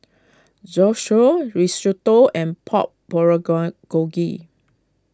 Zosui Risotto and Pork Bulgo Gogi